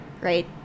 right